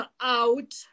out